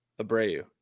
abreu